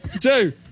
two